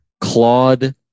Claude